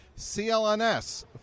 clns